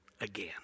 again